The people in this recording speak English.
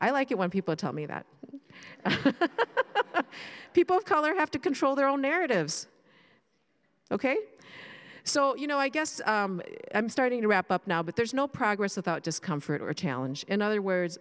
i like it when people tell me that people of color have to control their own narratives ok so you know i guess i'm starting to wrap up now but there is no progress without discomfort or challenge in other words